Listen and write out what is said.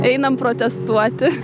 einam protestuoti